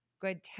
good